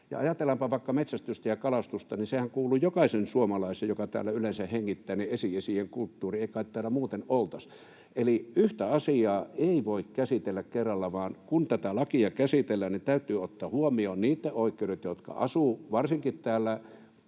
Ajatellaanpa vaikka metsästystä ja kalastusta, niin nehän kuuluvat jokaisen suomalaisen, joka täällä yleensä hengittää, esi-isien kulttuuriin — ei kai täällä muuten oltaisi. Eli yhtä asiaa ei voi käsitellä kerralla, vaan kun tätä lakia käsitellään, niin täytyy ottaa huomioon niitten oikeudet, jotka asuvat varsinkin täällä Ylä-Lapissa,